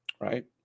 Right